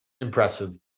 Impressive